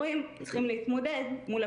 אנחנו עוקבים אחרי